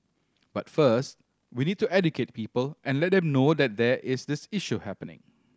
but first we need to educate people and let them know that there is this issue happening